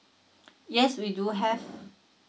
yes we do have